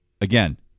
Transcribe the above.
Again